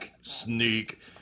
sneak